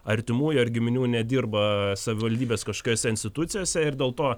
artimųjų ar giminių nedirba savivaldybės kažkokiose institucijose ir dėl to